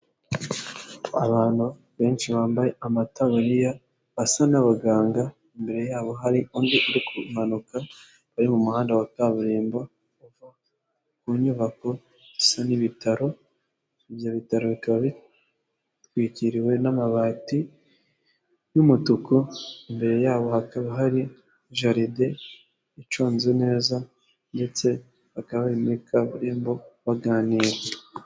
Abantu benshi bambaye amataburiya basa n'abaganga imbere yabo hari undi uri ku mpanuka bari mu muhanda wa kaburimbo uva ku nyubako isa n'ibitaro ibyo bitaro bikaba bitwikiriwe n'amabati y'umutuku imbere yabo hakaba hari jard icunze neza ndetse bakaba n kaburembo baganira.